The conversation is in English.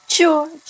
George